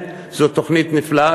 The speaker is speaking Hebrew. באמת זו תוכנית נפלאה,